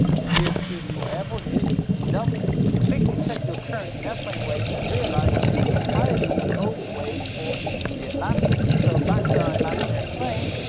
the nearest suitable airport is dublin. you quickly check your current airplane weight and realize you're highly overweight for an immediate landing. so, back to our imaginary plane.